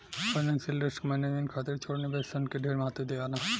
financial risk management खातिर छोट निवेश सन के ढेर महत्व दियाला